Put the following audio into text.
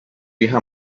hija